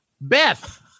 Beth